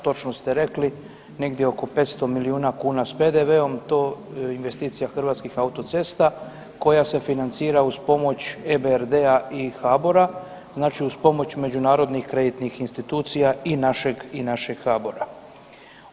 Točno ste rekli negdje oko 500 milijuna kuna s PDV-om to investicija Hrvatskih autocesta koja se financira uz pomoć EBRD-a i HABOR-a, znači uz pomoć međunarodnih kreditnih institucija i našeg i našeg HABOR-a.